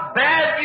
bad